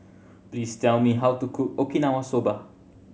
please tell me how to cook Okinawa Soba